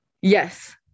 yes